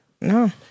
No